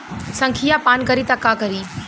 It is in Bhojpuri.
संखिया पान करी त का करी?